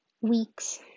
weeks